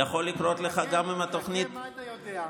יכול לקרות לך גם עם התוכנית, חכה, מה אתה יודע?